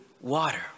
water